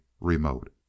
remote